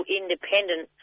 independent